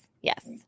yes